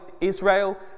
Israel